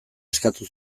eskatu